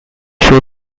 show